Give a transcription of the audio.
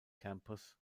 campus